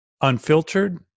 unfiltered